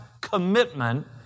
commitment